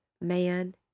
man